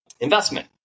investment